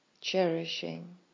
Cherishing